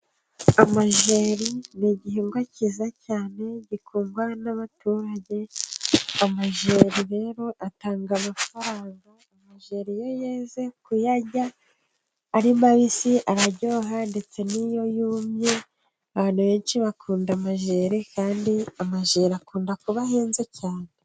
Amajeri ni igihingwa cyiza cyane gikundwa n'abaturage, amajeri rero atanga amafaranga, amajeri iyo yeze kuyarya ari mabisi araryoha ndetse n'iyo yumye. Abantu benshi bakunda amajeri, kandi amajeri akunda kuba ahenze cyane.